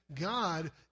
God